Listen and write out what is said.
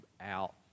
out